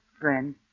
friend